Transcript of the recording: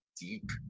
deep